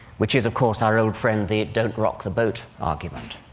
which is, of course, our old friend, the don't rock the boat argument.